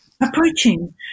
approaching